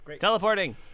teleporting